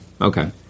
Okay